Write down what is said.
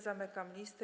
Zamykam listę.